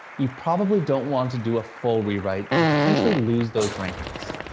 you probably don't want to do a full rewrite and potentially lose those rankings.